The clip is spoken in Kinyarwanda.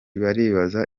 baribaza